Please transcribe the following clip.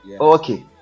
Okay